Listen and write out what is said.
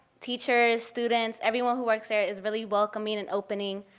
teachers, students, everyone who works there is really welcoming and opening.